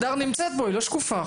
הדר נמצאת פה, היא לא שקופה.